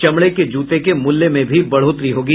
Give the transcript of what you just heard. चमड़े के जूते के मूल्य में भी बढ़ोतरी होगी